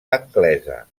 anglesa